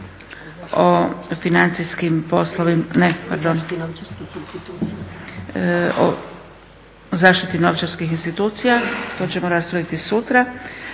o zaštiti novčarskih institucija, to ćemo raspraviti sutra.